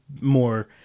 more